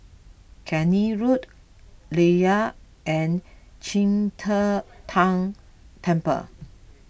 Keene Road Layar and Qing De Tang Temple